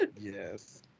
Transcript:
yes